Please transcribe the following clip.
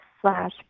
slash